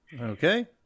Okay